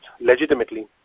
legitimately